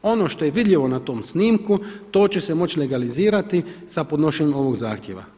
Ono što je vidljivo na tom snimku to će se moći legalizirati sa podnošenjem ovoga zahtjeva.